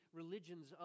religions